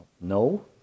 No